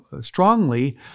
strongly